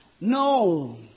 No